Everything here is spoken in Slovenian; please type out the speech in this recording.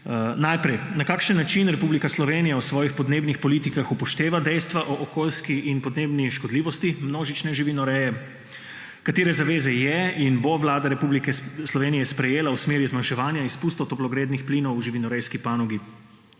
seji: Na kakšen način Republika Slovenija v svojih podnebnih politikah upošteva dejstva o okoljski in podnebni škodljivosti množične živinoreje? Katere zaveze je in bo Vlada Republike Slovenije sprejela v smeri zmanjševanja izpustov toplogrednih plinov v živinorejski panogi?